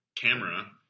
camera